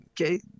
okay